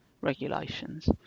regulations